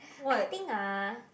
I think ah